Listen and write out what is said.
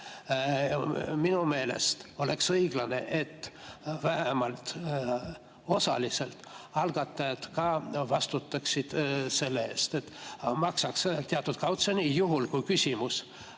Minu meelest oleks õiglane, et vähemalt osaliselt algatajad ka vastutaksid selle eest, maksaks teatud kautsjoni. Juhul kui küsimus